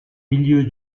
milieu